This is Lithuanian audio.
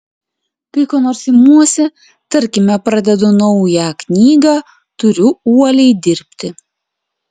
kai ko nors imuosi tarkime pradedu naują knygą turiu uoliai dirbti